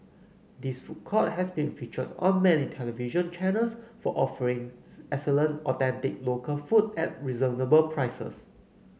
this food court has been featured on many television channels for offering excellent authentic local food at reasonable prices